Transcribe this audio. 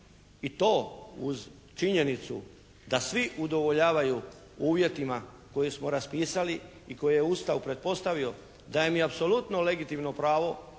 I to uz činjenicu da svi udovoljavaju uvjetima koje smo raspisali i koje je Ustav pretpostavio daje mi apsolutno legitimno pravo